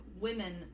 women